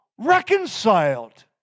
Reconciled